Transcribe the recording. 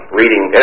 reading